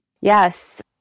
Yes